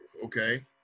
Okay